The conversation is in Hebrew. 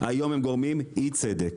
היום הם גורמים אי-צדק.